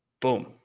Boom